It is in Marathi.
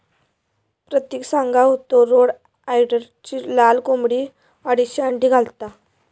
प्रतिक सांगा होतो रोड आयलंडची लाल कोंबडी अडीचशे अंडी घालता